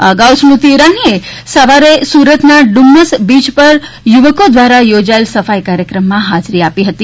આ અગાઉ સ્મૃતિ ઇરાનીએ સવારે સુરતના ડુમસ બીય પર યુવકો દ્વારા યોજાયેલા સફાઇ કાર્યક્રમમાં હાજરી આપી હતી